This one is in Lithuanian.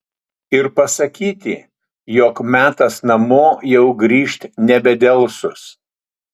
ir pasakyti jog metas namo jau grįžt nebedelsus